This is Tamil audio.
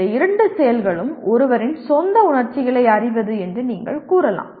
இந்த இரண்டு செயல்களும் ஒருவரின் சொந்த உணர்ச்சிகளை அறிவது என்று நீங்கள் கூறலாம்